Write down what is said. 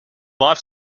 live